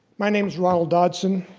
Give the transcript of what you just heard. my name's ronald dotson.